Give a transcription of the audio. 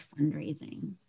fundraising